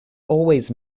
always